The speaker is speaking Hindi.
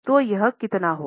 तो यह कितना होगा